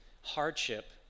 hardship